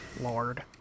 Lord